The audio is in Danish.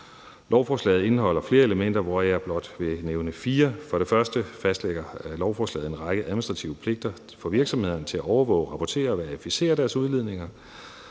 Lovforslaget indeholder flere elementer, hvoraf jeg blot vil nævne fire. For det første fastlægger lovforslaget en række administrative pligter for virksomhederne til at overvåge, rapportere og verificere deres udledninger.